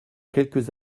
quelques